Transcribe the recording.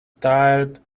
tired